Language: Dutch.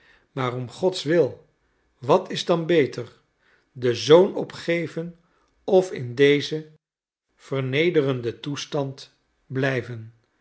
maar om godswil wat is dan beter den zoon opgeven of in dezen vernederenden toestand blijven